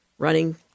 running